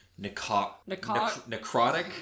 necrotic